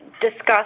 discuss